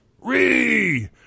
re